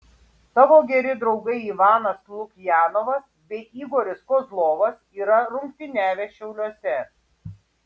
tavo geri draugai ivanas lukjanovas bei igoris kozlovas yra rungtyniavę šiauliuose